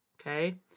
Okay